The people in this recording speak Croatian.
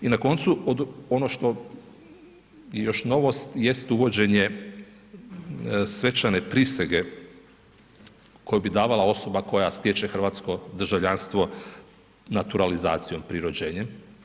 I na koncu ono što je još novost jest uvođenje svečane prisege koju bi davala osoba koja stječe hrvatsko državljanstvo naturalizacijom, prirođenjem.